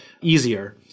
easier